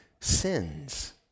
sins